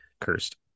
Cursed